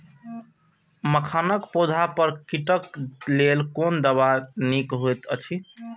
मखानक पौधा पर कीटक लेल कोन दवा निक होयत अछि?